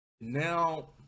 now